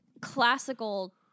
classical